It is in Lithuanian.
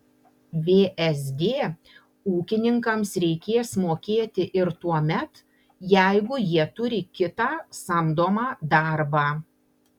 vsd ūkininkams reikės mokėti ir tuomet jeigu jie turi kitą samdomą darbą